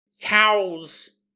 cows